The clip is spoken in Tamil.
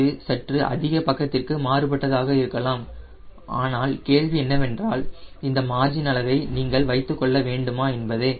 இது சற்று அதிக பக்கத்திற்கு மாறுபட்டதாக இருக்கலாம் ஆனால் கேள்வி என்னவென்றால் அந்த மார்ஜின் அளவை நீங்கள் வைத்துக் கொள்ள வேண்டுமா என்பதே